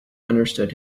understood